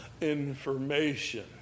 information